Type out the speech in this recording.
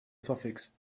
suffix